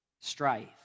strife